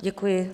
Děkuji.